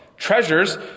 Treasures